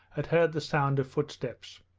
had heard the sound of footsteps.